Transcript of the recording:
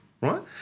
right